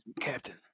Captain